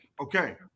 Okay